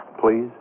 please